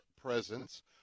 presence